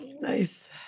Nice